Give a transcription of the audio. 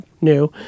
new